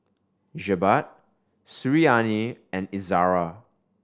Jebat Suriani and Izzara